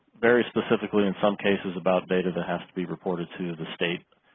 very specifically in some cases about data that has to be reported to the state.